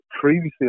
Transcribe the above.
previously